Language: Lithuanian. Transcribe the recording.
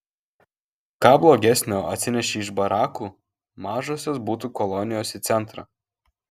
ką blogesnio atsinešei iš barakų mažosios butų kolonijos į centrą